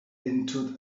into